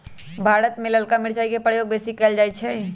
भारत में ललका मिरचाई के प्रयोग बेशी कएल जाइ छइ